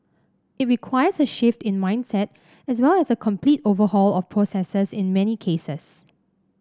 it requires a shift in mindset as well as a complete overhaul of processes in many cases